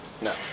No